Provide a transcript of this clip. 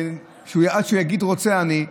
עד שהוא יגיד "רוצה אני",